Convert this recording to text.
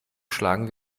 schlagen